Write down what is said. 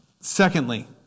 Secondly